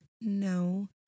no